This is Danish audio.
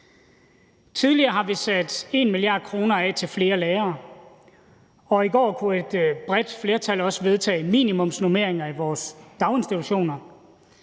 Tidligere har vi sat 1 mia. kr. af til flere lærere, og i går kunne et bredt flertal også vedtage minimumsnormeringer i vores daginstitutioner.